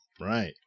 Right